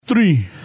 Three